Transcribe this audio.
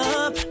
up